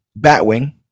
Batwing